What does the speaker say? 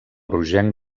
rogenc